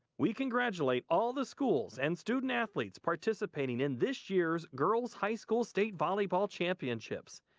we congratulate all the schools and student athletes participating in this year's girls high school state volleyball championships.